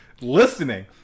listening